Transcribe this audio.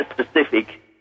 specific